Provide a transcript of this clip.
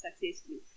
successfully